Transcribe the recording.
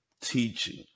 teaching